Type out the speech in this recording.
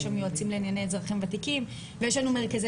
יש שם יועצים לענייני אזרחים ותיקים ויש לנו מרכזי